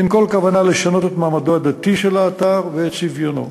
אין כל כוונה לשנות את מעמדו הדתי של האתר ואת צביונו.